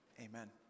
Amen